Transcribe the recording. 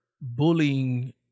bullying